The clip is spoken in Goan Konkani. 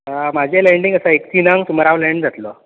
म्हजें लँडींग आसा एक तिनांक सुमार हांव लॅण जातलो